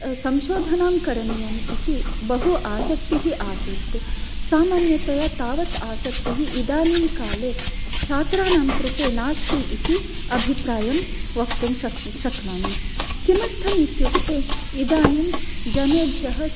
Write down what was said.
संशोधनं करणीयम् इति बहु आसक्तिः आसीत् सामान्यतया तावत् आसक्तिः इदानीं काले छात्राणां कृते नास्ति इति अभिप्रायं वक्तुं शक् शक्नोमि किमर्थं इत्युक्ते इदानीं जनेभ्यः